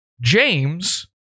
James